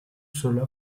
cela